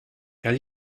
cal